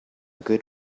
good